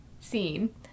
scene